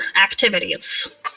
activities